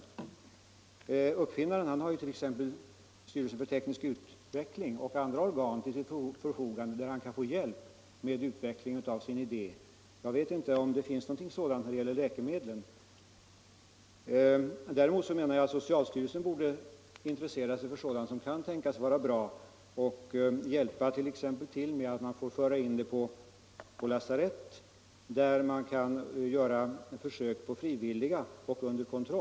Upp 37 finnaren har till sitt förfogande styrelsen för teknisk utveckling och andra organ, av vilka han kan få hjälp med utvecklingen av sin idé. Jag vet inte om det finns något sådant organ när det gäller läkemedel. Som jag tidigare sade, bör socialstyrelsen intressera sig för sådant som kan tänkas vara bra och t.ex. medverka till att det på lasaretten under kontroll kan göras försök på frivilliga.